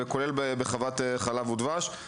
כך גם בחוות ׳חלב ודבש׳.